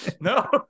No